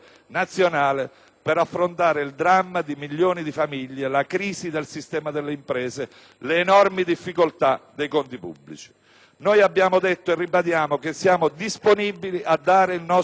per affrontare il dramma di milioni di famiglie, la crisi del sistema delle imprese, le enormi difficoltà dei conti pubblici. Noi abbiamo detto e ribadiamo che siamo disponibili a dare il nostro contributo.